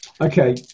Okay